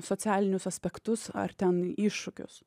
socialinius aspektus ar ten iššūkius